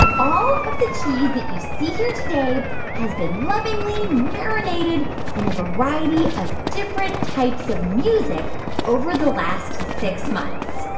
all of the cheese that you see here today has been lovingly marinated in a variety of different types of music over the last six months.